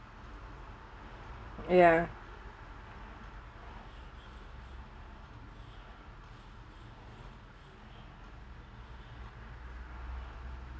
ya